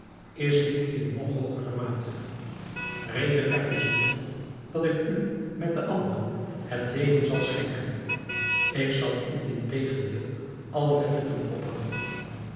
is dit in nog hoogere mate reken er dus niet op dat ik u met de anderen het leven zal schenken ik zal u integendeel alle vier doen ophangen